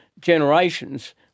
generations